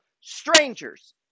Strangers